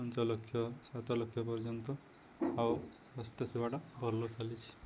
ପାଞ୍ଚ ଲକ୍ଷ ସାତ ଲକ୍ଷ ପର୍ଯ୍ୟନ୍ତ ଆଉ ସ୍ୱାସ୍ଥ୍ୟ ସେେବାଟା ଭଲ ଚାଲିଛି